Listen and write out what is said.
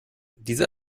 diese